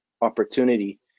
opportunity